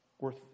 worth